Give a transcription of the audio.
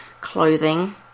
clothing